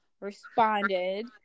responded